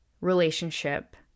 relationship